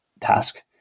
task